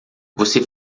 você